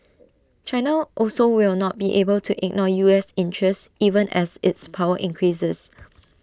China also will not be able to ignore U S interests even as its power increases